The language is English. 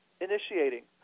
initiating